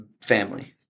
family